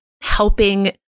helping